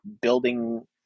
building